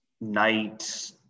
night